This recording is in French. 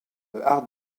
hard